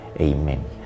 Amen